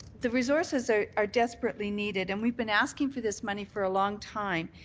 the resources are are desperately needed and we've been asking for this money for a long time.